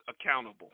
accountable